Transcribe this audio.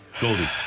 Goldie